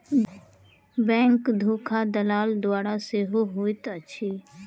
bank धोखा दलाल द्वारा सेहो होइत अछि